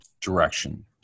direction